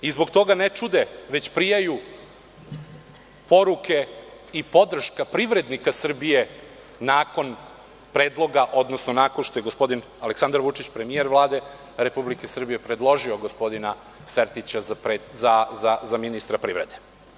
Zbog toga ne čude, već prijaju poruke i podrška privrednika Srbije nakon predloga, odnosno nakon što je gospodin Aleksandar Vučić, premijer Vlade Republike Srbije, predložio gospodina Sertića za ministra privrede.